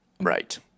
Right